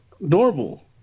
normal